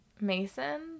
Mason